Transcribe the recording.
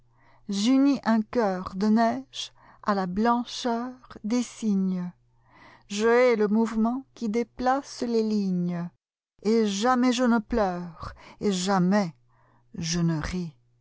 unis un cœur de neige à la blancheur des cygnes je hais le mouvement qui déplace les lignes et jamais je ne pleure et jamais je ne ris